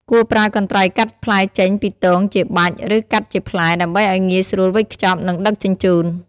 គួរប្រើកន្ត្រៃកាត់ផ្លែចេញពីទងជាបាច់ ឬកាត់ជាផ្លែ ដើម្បីឲ្យងាយស្រួលវេចខ្ចប់ និងដឹកជញ្ជូន។